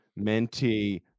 mentee